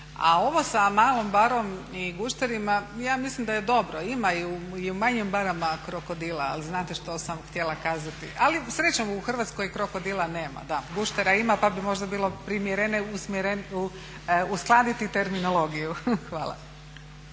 A ovo sa malom barom i gušterima ja mislim da je dobro, imaj i u manjim barama krokodila, ali znate što sam htjela kazati. Ali srećom u Hrvatskoj krokodila nema, guštera ima pa bi možda bilo primjerenije uskladiti terminologiju. Hvala.